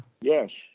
yes